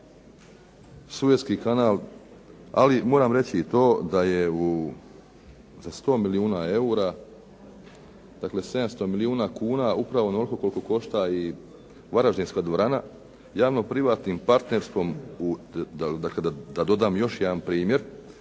Sueski kanal ali moram reći i to da je u, za 100 milijuna EUR-a dakle 700 milijuna kuna upravo onoliko koliko košta i varaždinska dvorana javno-privatnim partnerstvom u, da kada, da dodam još jedan primjer